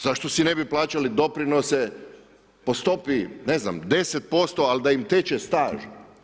Zašto si ne bi plaćali doprinose po stopi, ne znam, 10% ali da im teče staž.